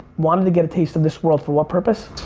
wanted to get a taste of this world for what purpose?